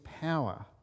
power